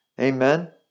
Amen